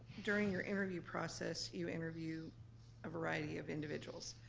during your interview process, you interview a variety of individuals.